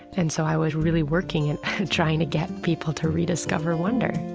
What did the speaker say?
and so i was really working at trying to get people to rediscover wonder